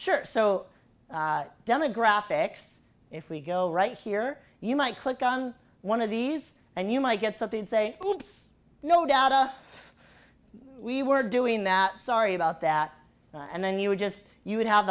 sure so demographics if we go right here you might click on one of these and you might get something say no doubt we were doing that sorry about that and then you would just you would have